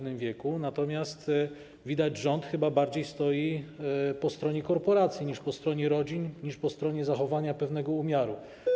Natomiast widać rząd chyba bardziej stoi po stronie korporacji niż po stronie rodzin niż po stronie zachowania pewnego umiaru.